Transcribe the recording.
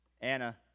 Anna